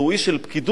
והוא איש של פקידות,